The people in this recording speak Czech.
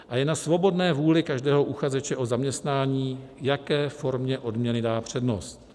Je na svobodné vůli každého uchazeče o zaměstnání, jaké formě odměny dá přednost.